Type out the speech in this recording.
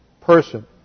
person